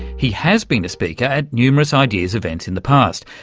he has been a speaker at numerous ideas events in the past,